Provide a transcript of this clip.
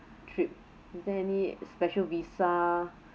trip is there any special visa